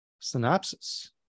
synopsis